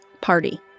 party